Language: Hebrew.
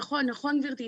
נכון, נכון גברתי.